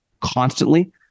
constantly